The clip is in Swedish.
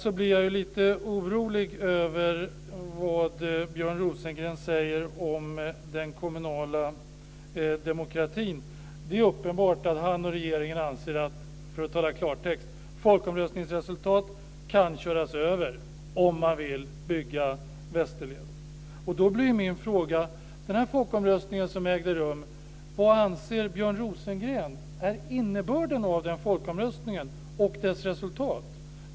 Jag blir vidare lite orolig över vad Björn Rosengren säger om den kommunala demokratin. Det innebär i klartext att han och regeringen anser att folkomröstningsreultatet kan köras över, om man vill bygga ut Västerleden. Min fråga blir då vad Björn Rosengren anser är innebörden av den folkomröstning som ägt rum och dess resultat.